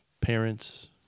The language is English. parents